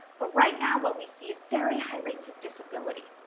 but right now what we see is very high rates of disability